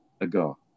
ago